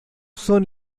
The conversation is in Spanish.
son